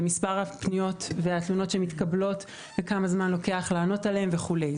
למספר הפניות והתלונות שמתקבלות וכמה זמן לוקח להשיב עליהן וכולי.